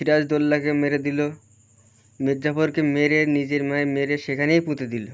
সিরাজউদোল্লাকে মেরে দিলো মীরজাফরকে মেরে নিজের মায় মেরে সেখানেই পুঁতে দিলো